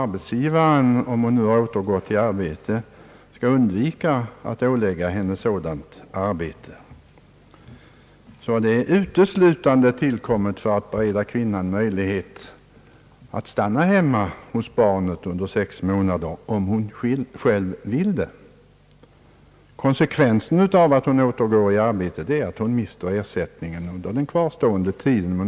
Arbetsgivaren skall — om hon nu återgått i arbete — undvika att ålägga henne sådant arbete. Bestämmelsen har uteslutande tillkommit för att bereda kvinnan möjlighet att stanna hemma hos barnet under sex månader, om hon själv vill det. Konsekvensen av att hon återgår i arbete är att hon mister ersättningen under den kvarstående tiden.